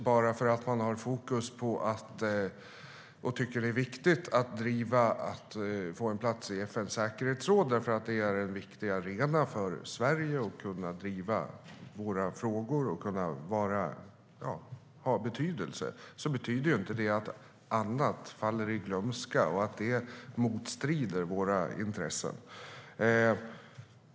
Bara för att man har fokus på och tycker att det är viktigt att driva på för att få en plats i FN:s säkerhetsråd, därför att det är en viktig arena för Sverige att kunna driva våra frågor och ha betydelse, betyder inte det att annat faller i glömska och att det strider mot våra intressen.